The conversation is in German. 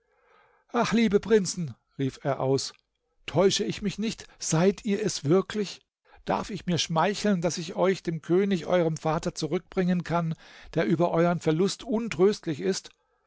ach liebe prinzen rief er aus täusche ich mich nicht seid ihr es wirklich darf ich mir schmeicheln daß ich euch dem könig eurem vater zurückbringen kann der über euern verlust untröstlich ist